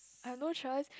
I've no choice